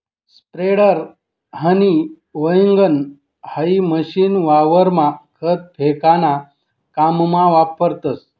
spreader, हनी वैगण हाई मशीन वावरमा खत फेकाना काममा वापरतस